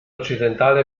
occidentale